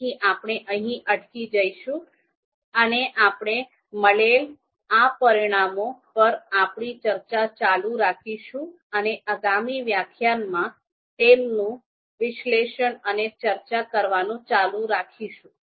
તેથી આપણે અહીં અટકી જઈશું અને આપણે મળેલા આ પરિણામો પર આપણી ચર્ચા ચાલુ રાખીશું અને આગામી વ્યાખ્યાનમાં તેમનું વિશ્લેષણ અને ચર્ચા કરવાનું ચાલુ રાખીશું